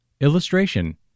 Illustration